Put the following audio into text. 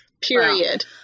period